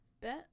Bet